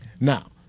Now